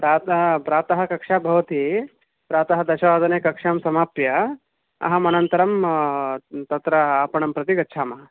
प्रातः कक्षा भवति प्रातः दशवादने कक्षां समाप्य अहम् अनन्तरं तत्र आपणं प्रति गच्छामः